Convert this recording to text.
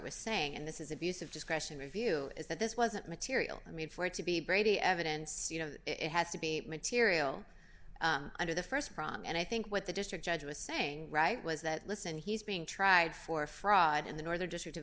was saying and this is abuse of discretion of you is that this wasn't material i mean for it to be brady evidence you know it has to be material under the st crime and i think what the district judge was saying right was that listen he's being tried for fraud in the northern district of